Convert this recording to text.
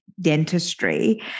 dentistry